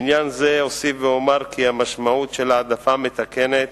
בעניין זה אוסיף ואומר כי המשמעות של העדפה מתקנת